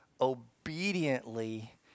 obediently